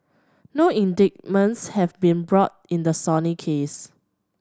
no indictments have been brought in the Sony case